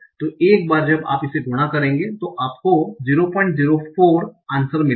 तो एक बार जब आप इसे गुणा करेंगे तो आपको 004 आन्सर मिलेगा